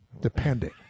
depending